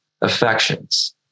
affections